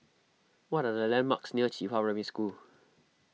what are the landmarks near Qihua Primary School